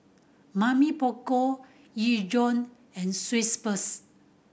Mamy Poko Ezion and Schweppes